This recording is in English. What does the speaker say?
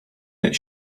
that